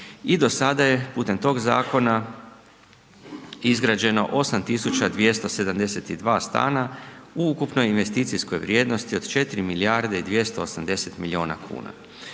i do sada je putem tog zakona izgrađeno 8272 stana u ukupnoj investicijskoj vrijednosti od 4 milijarde i